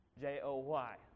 J-O-Y